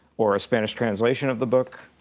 or a spanish translation of the book,